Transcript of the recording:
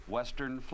Western